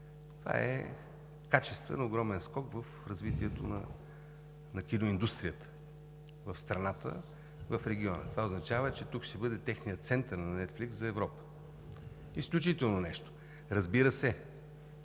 е качествено огромен скок в развитието на киноиндустрията в страната и в региона. Това означава, че тук ще бъде техният център – на „Нетфликс“, за Европа. Изключително нещо! Разбира се,